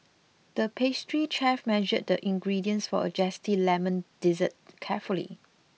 the pastry chef measured the ingredients for a zesty lemon dessert carefully